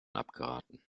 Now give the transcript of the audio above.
abgeraten